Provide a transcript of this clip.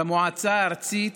על המועצה הארצית